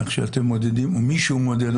כפי שמישהו מודד אותם.